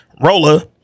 Rolla